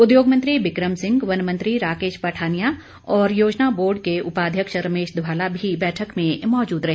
उद्योग मंत्री बिकम सिंह वन मंत्री राकेश पठानिया और योजना बोर्ड के उपाध्यक्ष रमेश धवाला भी बैठक में मौजूद रहे